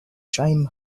chaim